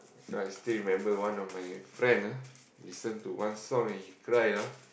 because I still remember one of my friend ah listen to one song and he cry ah